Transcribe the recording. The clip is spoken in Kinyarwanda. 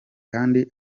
kandi